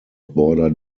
bordered